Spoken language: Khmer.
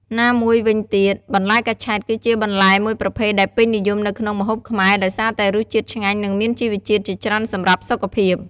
ណាមួយវិញទៀត បន្លែកញ្ឆែត គឺជាបន្លែមួយប្រភេទដែលពេញនិយមនៅក្នុងម្ហូបខ្មែរ ដោយសារតែរសជាតិឆ្ងាញ់ និងមានជីវជាតិជាច្រើនសម្រាប់សុខភាព។